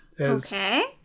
Okay